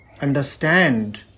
understand